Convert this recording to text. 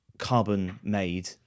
Carbon-made